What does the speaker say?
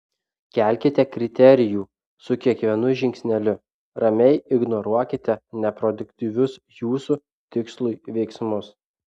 kelkite kriterijų su kiekvienu žingsneliu ramiai ignoruokite neproduktyvius jūsų tikslui veiksmus